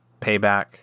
payback